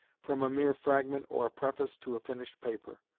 from a mere fragment or preface to a finished paper.